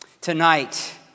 Tonight